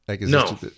No